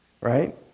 right